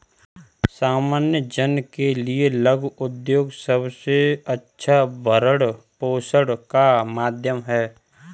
सामान्य जन के लिये लघु उद्योग सबसे अच्छा भरण पोषण का माध्यम है